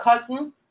cousin